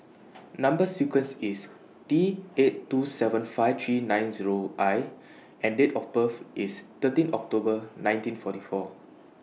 Number sequence IS T eight two seven five three nine Zero I and Date of birth IS thirteen October nineteen forty four